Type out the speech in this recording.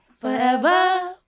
forever